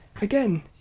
again